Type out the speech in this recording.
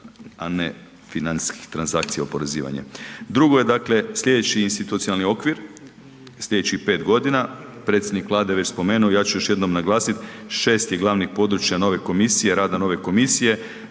a ne financijskih transakcija oporezivanja. Drugo je dakle sljedeći institucionalni okvir, sljedećih 5 godina, predsjednik Vlade je već spomenuo, ja ću još jednom naglasiti 6 je glavnih područja nove komisije, rada nove komisije.